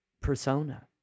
persona